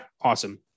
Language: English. Awesome